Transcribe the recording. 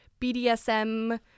BDSM